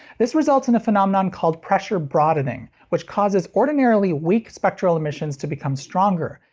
this results in a phenomenon called pressure broadening, which causes ordinarily weak spectral emissions to become stronger,